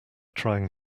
trying